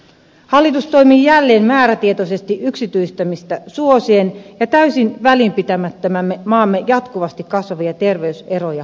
hallitus toimii jälleen määrätietoisesti yksityistämistä suosien ja täysin välinpitämättömänä maamme jatkuvasti kasvavia terveyseroja kohtaan